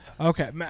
Okay